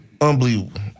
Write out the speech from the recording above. unbelievable